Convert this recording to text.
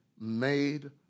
made